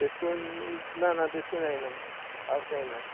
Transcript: तेशकोन्न ना ना तेशकोन्न जायना हाफ जायना